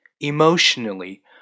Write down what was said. emotionally